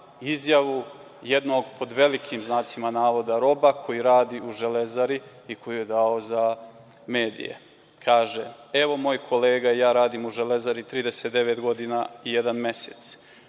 izjavu jednog, pod velikim znacima navoda, „roba“, koji radi u „Železari“ i koji je dao za medije. Kaže: „Evo, moj kolega i ja radimo u „Železari“ 39 godina i jedan mesec,